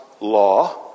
law